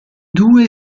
due